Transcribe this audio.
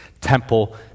temple